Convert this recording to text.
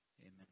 amen